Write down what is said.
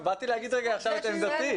באתי להגיד עכשיו את עמדתי.